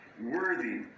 Worthy